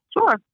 Sure